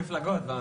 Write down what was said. לפי